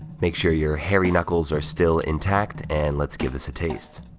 make sure your hairy knuckles are still intact, and let's give us a taste.